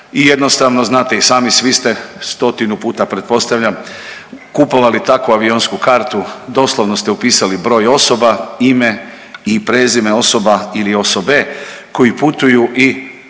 jednostavno znate i sami svi ste stotinu puta pretpostavljam kupovali tako avionsku kartu, doslovno ste upisali broj osoba, ime i prezime osoba ili osobe koji putuju i maloljetna